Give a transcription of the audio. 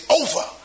over